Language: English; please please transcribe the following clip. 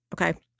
okay